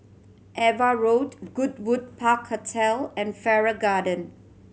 Ava Road Goodwood Park Hotel and Farrer Garden